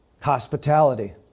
hospitality